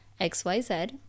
xyz